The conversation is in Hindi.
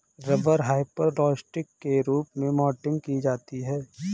रबर हाइपरलोस्टिक के रूप में मॉडलिंग की जाती है